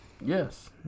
Yes